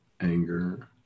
anger